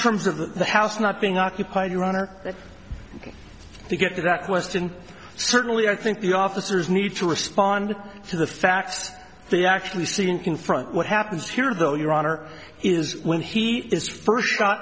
terms of the house not being occupied your honor that we get that question certainly i think the officers need to respond to the facts they actually see in confront what happens here though your honor is when he is first shot